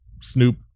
Snoop